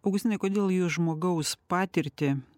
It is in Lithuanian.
augustinai kodėl jūs žmogaus patirtį